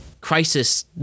crisis